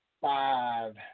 five